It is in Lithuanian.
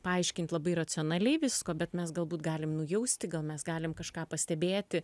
paaiškint labai racionaliai visko bet mes galbūt galim nujausti gal mes galim kažką pastebėti